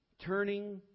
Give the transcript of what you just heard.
Turning